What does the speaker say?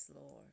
Lord